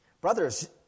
Brothers